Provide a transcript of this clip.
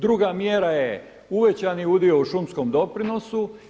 Druga mjera je uvećani udio u šumskom doprinosu.